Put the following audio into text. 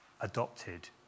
adopted